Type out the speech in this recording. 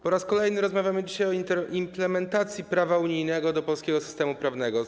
Po raz kolejny rozmawiamy dzisiaj o implementacji prawa unijnego do polskiego systemu prawnego.